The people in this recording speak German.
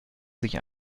sich